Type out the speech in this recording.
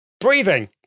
breathing